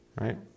Right